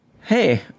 Hey